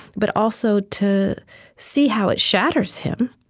but also to see how it shatters him,